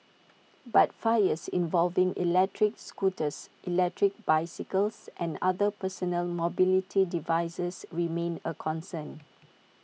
but fires involving electric scooters electric bicycles and other personal mobility devices remain A concern